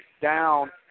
down